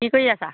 কি কৰি আছা